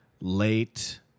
late